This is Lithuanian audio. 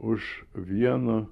už vieno